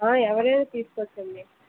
ఎవరైనా తీసుకోవచ్చండి